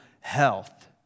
health